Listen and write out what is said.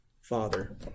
Father